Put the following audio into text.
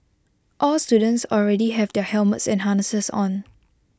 all students already have their helmets and harnesses on